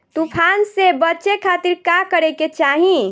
तूफान से बचे खातिर का करे के चाहीं?